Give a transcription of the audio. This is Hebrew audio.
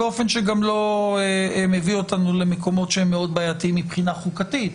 באופן שגם לא מביא אותנו למקומות שהם מאוד בעייתיים מבחינה חוקתית.